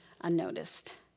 unnoticed